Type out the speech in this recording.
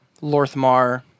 Lorthmar